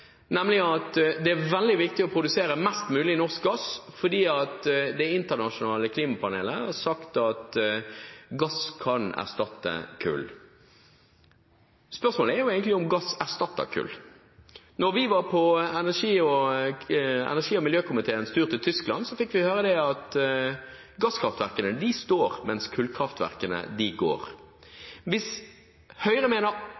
nemlig at det er veldig viktig å produsere mest mulig norsk gass fordi Det internasjonale klimapanelet har sagt at gass kan erstatte kull. Spørsmålet er egentlig om gass erstatter kull. Da energi- og miljøkomiteen var på tur til Tyskland, fikk vi høre at gasskraftverkene står, mens kullkraftverkene går. Hvis Høyre mener